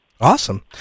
Awesome